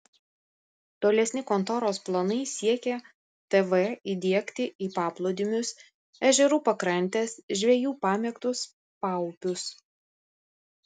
tolesni kontoros planai siekė tv įdiegti į paplūdimius ežerų pakrantes žvejų pamėgtus paupius